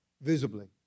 visibly